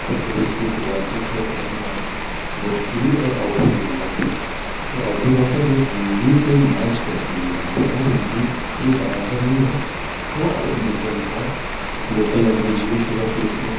उत्तर प्रदेश के पूर्वांचल से आते हैं जहाँ भोजपुरी और अवधी बोली जाती है तो भाषा जो है हिन्दी से मैच करती हुई भाषा है हिन्दी के बराबर ही है थोड़ा बहुत डिफरेंट है लोकल लैंग्वेज यूज़ हो जाती है उसमें